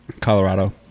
Colorado